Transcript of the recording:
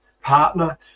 partner